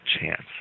chance